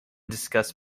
discuss